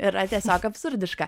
yra tiesiog absurdiška